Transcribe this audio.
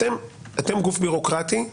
אתם גוף בירוקרטי,